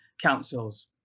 councils